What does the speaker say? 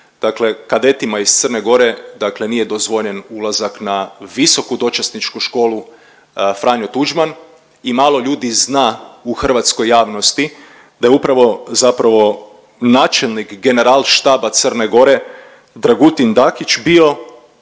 Dakle, kadetima iz Crne Gore, dakle nije dozvoljen ulazak na Visoku dočasničku školu Franjo Tuđman i malo ljudi zna u hrvatskoj javnosti da je upravo zapravo načelnik Generalštaba Crne Gore Dragutin Dakić bio